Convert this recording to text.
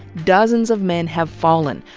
dozens of men have fallen,